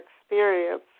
experience